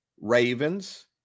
Ravens